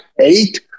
eight